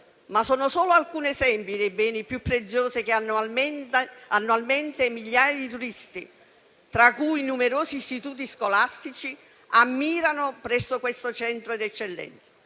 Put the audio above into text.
sono solo alcuni esempi dei beni più preziosi che annualmente migliaia di turisti, tra cui numerosi istituti scolastici, ammirano presso questo centro di eccellenza.